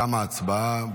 תמה ההצבעה.